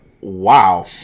wow